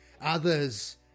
Others